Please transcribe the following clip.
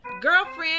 Girlfriend